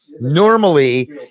normally